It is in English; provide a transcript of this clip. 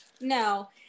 No